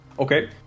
Okay